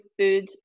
food